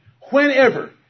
whenever